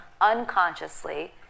unconsciously